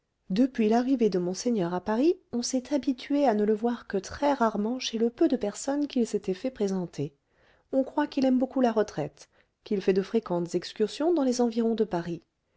depuis l'arrivée de monseigneur à paris on s'est habitué à ne le voir que très-rarement chez le peu de personnes qu'il s'était fait présenter on croit qu'il aime beaucoup la retraite qu'il fait de fréquentes excursions dans les environs de paris